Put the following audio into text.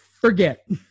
forget